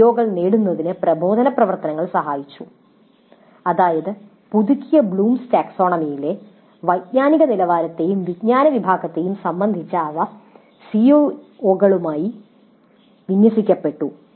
സിഒകൾ നേടുന്നതിന് പ്രബോധന പ്രവർത്തനങ്ങൾ സഹായിച്ചു അതായത് പുതുക്കിയ ബ്ലൂംസ് ടാക്സോണമിയിലെ വൈജ്ഞാനിക നിലവാരത്തെയും വിജ്ഞാന വിഭാഗത്തെയും സംബന്ധിച്ച് അവ സിഒകളുമായി വിന്യസിക്കപ്പെട്ടു